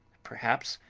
perhaps.